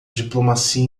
diplomacia